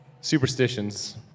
superstitions